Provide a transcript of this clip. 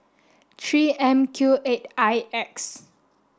three M Q eight I X